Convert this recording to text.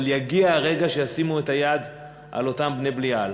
אבל יגיע הרגע שישימו את היד על אותם בני-בליעל.